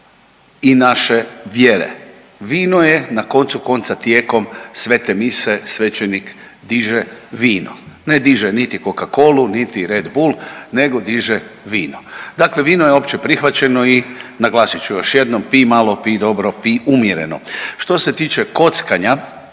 i naše vjere, vino je na koncu konca, tijekom svete mise svećenik diže vino, ne diže niti coca-colu, niti red bull, nego diže vino. Dakle vino je opće prihvaćeno i naglasit ću još jednom, pij malo, pij dobro, pij umjereno. Što se tiče kockanja,